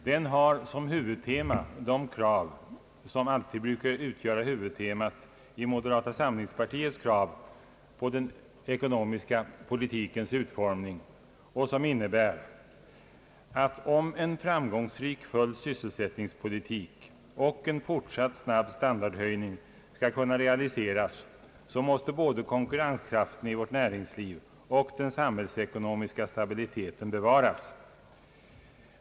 Den har som huvudtema de krav som alltid brukar utgöra huvudtemat i moderata samlingspartiets krav på den ekonomiska politikens utformning, och som innebär att om en framgångsrik sysselsättningspolitik och en fortsatt snabb standardhöjning skall kunna realiseras måste både konkurrenskraften i vårt näringsliv och den samhällsekonomiska stabiliteten bevaras.